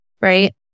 right